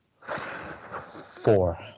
four